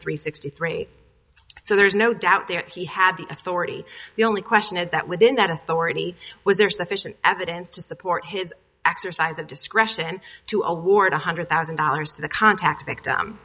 three sixty three so there is no doubt there he had the authority the only question is that within that authority was there sufficient evidence to support his exercise of discretion to award one hundred thousand dollars to the contact victim